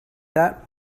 that